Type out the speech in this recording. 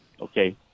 Okay